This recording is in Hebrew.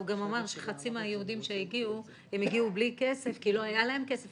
הוא גם אמר שחצי מהיהודים שהגיעו הגיעו בלי כסף כי לא היה להם כסף,